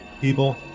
People